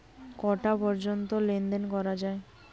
কটা পর্যন্ত লেন দেন করা য়ায়?